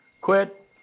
Quit